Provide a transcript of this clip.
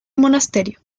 monasterio